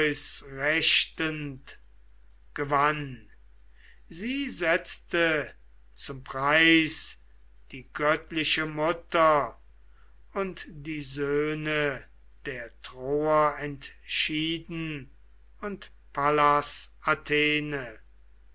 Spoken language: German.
gewann sie setzte zum preis die göttliche mutter und die söhne der troer entschieden und pallas athene